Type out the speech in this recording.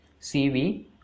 Cv